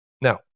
Now